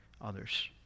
others